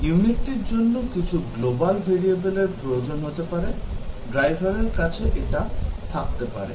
ইউনিটটির জন্য কিছু global ভেরিয়েবলের প্রয়োজন হতে পারে ড্রাইভার এর কাছে এটা থাকতে পারে